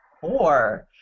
four